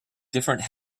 different